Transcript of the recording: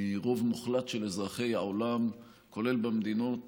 רוב מוחלט של אזרחי העולם, כולל במדינות